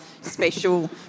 special